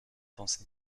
penser